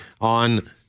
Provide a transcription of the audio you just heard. on